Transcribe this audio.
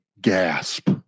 gasp